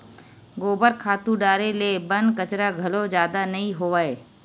गोबर खातू डारे ले बन कचरा घलो जादा नइ होवय